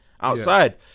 outside